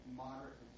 moderate